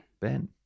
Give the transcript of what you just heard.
Ben